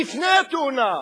לפני התאונה,